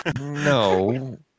No